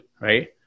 right